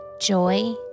joy